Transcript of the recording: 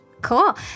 Cool